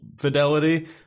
fidelity